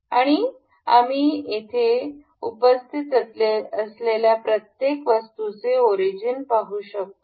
आणि आम्ही येथे उपस्थित असलेल्या प्रत्येक वस्तूचे ओरिजिन पाहू शकतो